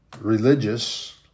religious